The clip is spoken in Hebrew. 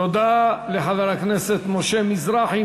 תודה לחבר הכנסת משה מזרחי.